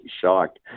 shocked